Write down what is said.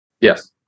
Yes